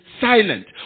silent